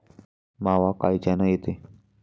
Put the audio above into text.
मावा कायच्यानं येते?